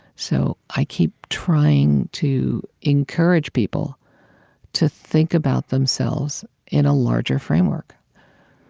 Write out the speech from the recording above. so i keep trying to encourage people to think about themselves in a larger framework